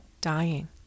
dying